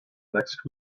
next